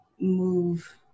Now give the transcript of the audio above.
move